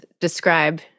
describe